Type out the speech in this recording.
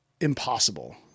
impossible